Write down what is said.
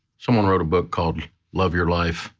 someone wrote a book called love your life,